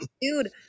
Dude